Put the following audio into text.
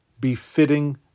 Befitting